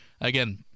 Again